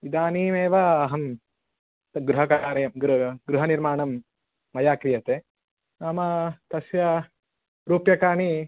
इदानीमेव अहं तत् गृहकार्यं गृहनिर्माणं मया क्रियते नाम तस्य रूप्यकाणि